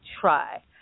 try